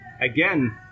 again